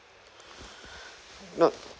no